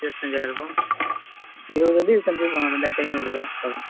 இருபத்தஞ்சாயிர்ருபா இருபதுலேர்ந்து இருபத்தஞ்சிருவா ஆ ரெண்டாயிரத்தி ஐந்நூறுபா வரும்